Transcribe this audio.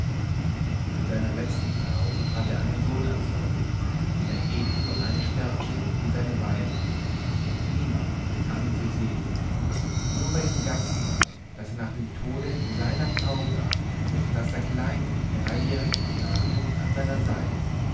mit seiner letzten frau hatte er einen sohn erzeugt den er ebenso einsperrte wie seine weiber niemand bekam ihn zu sehen nur bei dem gastmahl das er nach dem tode dieser frau gab saß der kleine dreijährige knabe an seiner seite